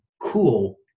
Cool